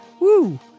Woo